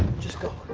just go.